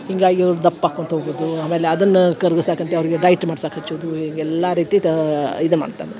ಹೀಗಾಗಿ ಅವ್ರ ದಪ್ಪ ಹಾಕೊಳ್ತಾ ಹೋಗೋದು ಆಮೇಲೆ ಅದುನ್ನ ಕರ್ಗುಸಕ್ಕೆ ಅಂತೆ ಅವ್ರ್ಗೆ ಡಯಟ್ ಮಾಡ್ಸೋಕೆ ಹಚ್ಚೋದು ಇವೆಲ್ಲ ರೀತಿ ತಾ ಇದು ಮಾಡ್ತನ